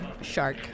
shark